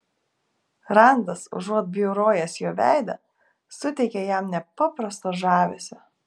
randas užuot bjaurojęs jo veidą suteikė jam nepaprasto žavesio